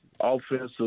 offensive